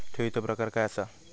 ठेवीचो प्रकार काय असा?